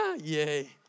Yay